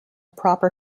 proper